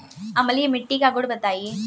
अम्लीय मिट्टी का गुण बताइये